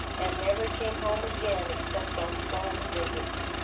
and never came home again except on flying visits.